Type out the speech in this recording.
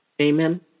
Amen